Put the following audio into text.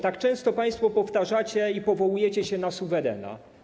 Tak często państwo powtarzacie i powołujecie się na suwerena.